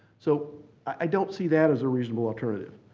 so i don't see that as a reasonable alternative.